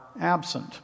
absent